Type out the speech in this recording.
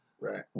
Right